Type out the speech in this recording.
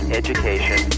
education